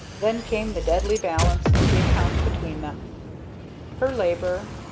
then came the deadly balance, of the account between them her labor.